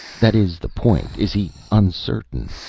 that is the point is he uncertain?